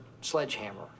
sledgehammer